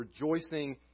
rejoicing